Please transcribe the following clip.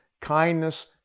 kindness